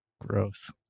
Gross